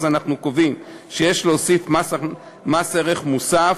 אנחנו קובעים שיש להוסיף מס ערך מוסף,